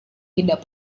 tidak